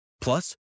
Plus